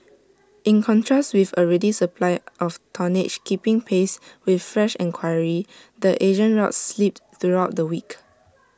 in contrast with A ready supply of tonnage keeping pace with fresh enquiry the Asian routes slipped throughout the week